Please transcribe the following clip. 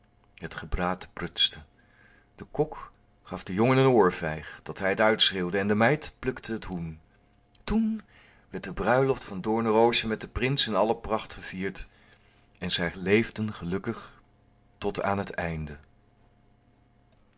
het gebraad prutste de kok gaf den jongen een oorvijg dat hij t uitschreeuwde en de meid plukte het hoen toen werd de bruiloft van doornenroosje met den prins in alle pracht gevierd en zij leefden gelukkig tot aan het einde